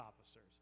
officers